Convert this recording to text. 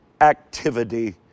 activity